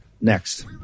next